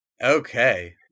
Okay